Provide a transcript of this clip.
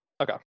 Okay